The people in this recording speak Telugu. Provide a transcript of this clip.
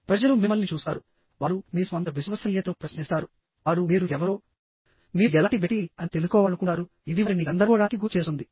ప్రజలు మిమ్మల్ని చూస్తారు వారు మీ స్వంత విశ్వసనీయతను ప్రశ్నిస్తారు వారు మీరు ఎవరో మీరు ఎలాంటి వ్యక్తి అని తెలుసుకోవాలనుకుంటారు ఇది వారిని గందరగోళానికి గురి చేస్తుంది